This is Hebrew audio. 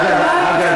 אגב,